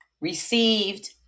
received